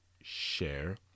share